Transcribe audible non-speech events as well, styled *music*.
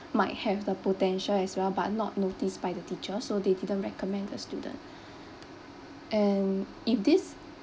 might have the potential as well but not noticed by the teacher so they didn't recommend the student *breath* and if this